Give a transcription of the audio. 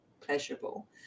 pleasurable